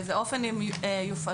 באיזה אופן הן יופעלו.